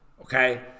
okay